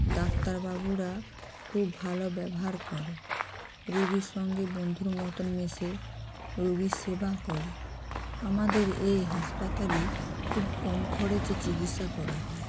ডাক্তারবাবুরা খুব ভালো ব্যবহার করে রুগীর সঙ্গে বন্ধুর মতোন মেশে রুগীর সেবা করে আমাদের এই হাসপাতালে খুব কম খরচে চিকিৎসা করা হয়